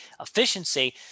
efficiency